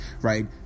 right